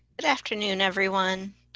but afternoon everyone.